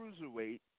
cruiserweight